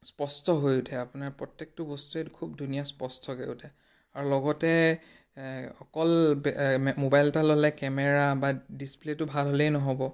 স্পষ্ট হৈ উঠে আপোনাৰ প্ৰত্যেকটো বস্তুৱে খুব ধুনীয়া স্পষ্টকৈ উঠে আৰু লগতে অকল মোবাইল এটা ল'লে কেমেৰা বা ডিছপ্লেটো ভাল হ'লেই নহ'ব